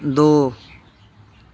ਦੋ